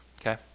okay